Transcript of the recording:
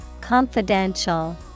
Confidential